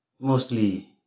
mostly